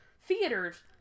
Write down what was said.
Theaters